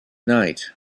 night